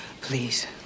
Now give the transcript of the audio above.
Please